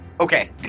okay